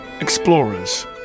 Explorers